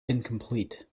incomplete